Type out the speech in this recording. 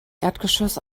erdgeschoss